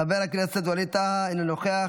חבר הכנסת ווליד טאהא, אינו נוכח.